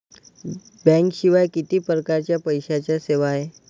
बँकेशिवाय किती परकारच्या पैशांच्या सेवा हाय?